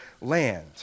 land